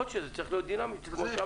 יכול להיות שזה צריך להיות דינמי כמו שאמרת.